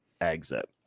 exit